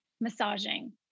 massaging